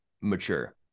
mature